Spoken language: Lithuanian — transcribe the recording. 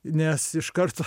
nes iš karto